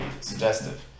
suggestive